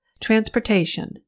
Transportation